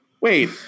wait